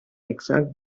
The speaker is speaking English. exact